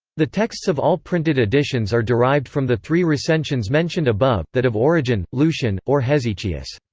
the texts of all printed editions are derived from the three recensions mentioned above, that of origen, lucian, or hesychius.